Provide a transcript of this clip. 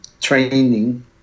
training